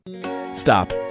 Stop